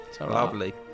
lovely